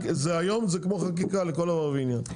היום זה כמו חקיקה לכל דבר ועניין.